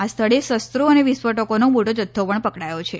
આ સ્થળે શસ્ત્રો અને વિસ્ફોટકોનો મોટો જથ્થો પણ પકડાયો છે